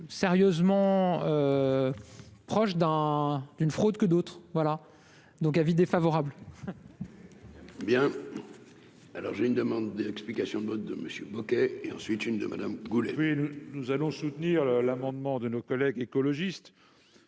plus sérieusement proche d'un d'une fraude que d'autres, voilà donc avis défavorable. Bien, alors j'ai une demande des explications de vote de Monsieur Bocquet, et ensuite une de Madame Goulet. Nous allons soutenir l'amendement de nos collègues écologistes